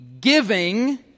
giving